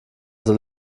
soll